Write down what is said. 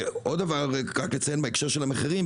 עוד דבר רק לציין בהקשר של המחירים,